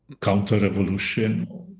counter-revolution